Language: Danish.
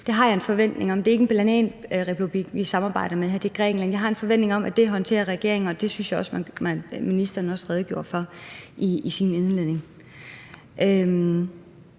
Det har jeg en forventning om bliver håndteret. Det er ikke en bananrepublik, vi samarbejder med her, det er Grækenland. Jeg har en forventning om, at det håndterer regeringen, og det synes jeg også ministeren redegjorde for i sin indledende